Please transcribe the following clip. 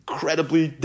Incredibly